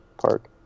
park